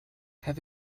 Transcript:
have